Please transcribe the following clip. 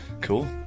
cool